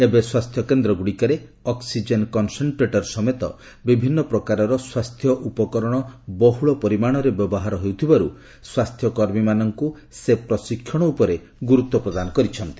ଏବେ ସ୍ୱାସ୍ଥ୍ୟ କେନ୍ଦ୍ର ଗୁଡ଼ିକରେ ଅକ୍ସିଜେନ୍ କନ୍ସେଣ୍ଟ୍ରେଟର ସମେତ ବିଭିନ୍ନ ପ୍ରକାରର ସ୍ୱାସ୍ଥ୍ୟ ଉପକରଣ ବହୁଳ ପରିମାଣରେ ବ୍ୟବହାର ହେଉଥିବାରୁ ସ୍ପାସ୍ଥ୍ୟ କର୍ମୀମାନଙ୍କୁ ସେ ପ୍ରଶିକ୍ଷଣ ଉପରେ ପ୍ରଧାନମନ୍ତ୍ରୀ ଗୁରୁତ୍ୱପ୍ରଦାନ କରିଛନ୍ତି